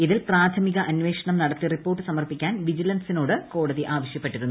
ഇതിൽ പ്രാഥമിക അന്വേഷണം നടത്തി റിപ്പോർട്ട് സമർപ്പിക്കാൻ വിജിലൻസിനോട് കോടതി ആവശ്യപ്പെട്ടിരുന്നു